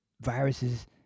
viruses